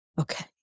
Okay